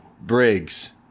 Briggs